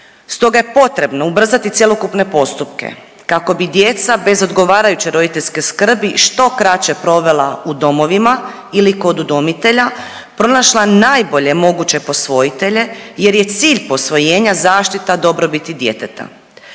stoga je potrebno ubrzati cjelokupne postupke kako bi djeca bez odgovarajuće roditeljske skrbi što kraće provela u domovima ili kod udomitelja, pronašla najbolje moguće posvojitelje jer je cilj posvojenja zaštita dobrobiti djeteta.